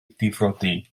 difrodi